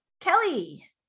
Kelly